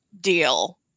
deal